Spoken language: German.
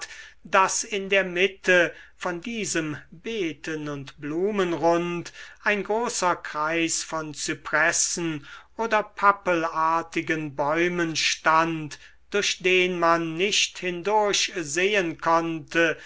daß in der mitte von diesem beeten und blumenrund ein großer kreis von zypressen oder pappelartigen bäumen stand durch den man nicht hindurchsehen konnte